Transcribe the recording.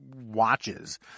watches